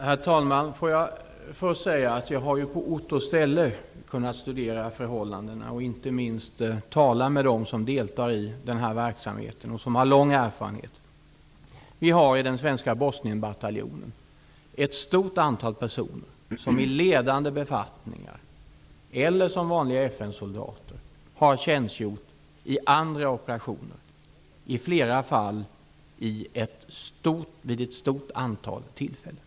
Herr talman! Jag vill först säga att jag på ort och ställe har kunnat studera förhållandena. Inte minst har jag talat med dem som deltar i den här verksamheten och som har lång erfarenhet. I den svenska Bosnienbataljonen finns ett stort antal personer som i ledande befattningar eller som vanliga FN-soldater har tjänstgjort vid andra operationer i flera fall vid ett stort antal tillfällen.